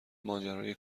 ماجرای